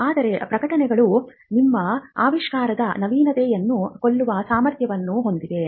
ಆದರೆ ಪ್ರಕಟಣೆಗಳು ನಿಮ್ಮ ಆವಿಷ್ಕಾರದ ನವೀನತೆಯನ್ನು ಕೊಲ್ಲುವ ಸಾಮರ್ಥ್ಯವನ್ನು ಹೊಂದಿವೆ